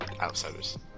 outsiders